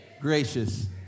Gracious